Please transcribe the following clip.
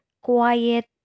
quiet